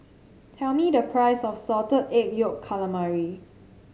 tell me the price of Salted Egg Yolk Calamari